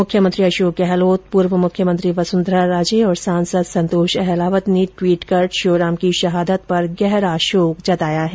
मुख्यमंत्री अशोक गहलोत पूर्व मुख्यमंत्री वसुंधरा राजे और सांसद संतोष अहलावत ने ट्विट कर श्योराम की शहादत पर गहरा शोक व्यक्त किया है